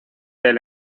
del